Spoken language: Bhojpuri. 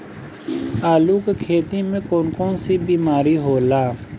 आलू की खेती में कौन कौन सी बीमारी होला?